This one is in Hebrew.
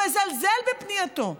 מזלזל בפנייתו,